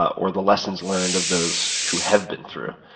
or the lessons learned of those who have been through